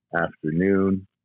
afternoon